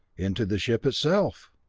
into the ship itself!